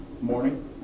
morning